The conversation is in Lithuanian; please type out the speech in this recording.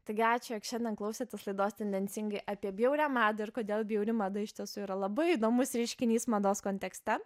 taigi ačiū jog šiandien klausėtės laidos tendencingai apie bjaurią madą ir kodėl bjauri mada iš tiesų yra labai įdomus reiškinys mados kontekste